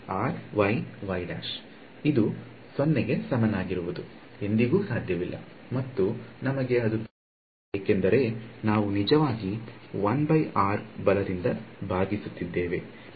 ಇದು 0 ಗೆ ಸಮನಾಗಿರುವುದು ಎಂದಿಗೂ ಸಾಧ್ಯವಿಲ್ಲ ಮತ್ತು ನಮಗೆ ಅದು ಬೇಕಾಗುತ್ತದೆ ಏಕೆಂದರೆ ನಾವು ನಿಜವಾಗಿ ಬಲದಿಂದ ಭಾಗಿಸುತ್ತಿದ್ದೇವೆ